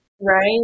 Right